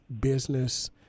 business